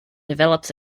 develops